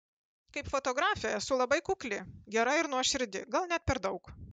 kaip fotografė esu labai kukli gera ir nuoširdi gal net per daug